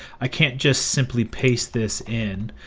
i can't just simply paste this in,